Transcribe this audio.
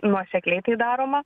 nuosekliai tai daroma